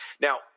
Now